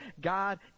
God